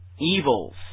evils